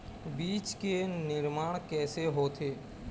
बीज के निर्माण कैसे होथे?